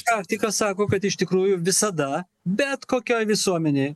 praktika sako kad iš tikrųjų visada bet kokioj visuomenėj